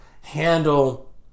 handle